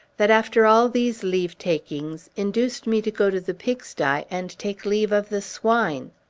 that, after all these leave-takings, induced me to go to the pigsty, and take leave of the swine!